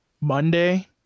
Monday